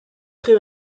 très